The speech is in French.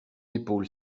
épaule